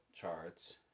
charts